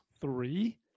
Three